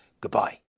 Goodbye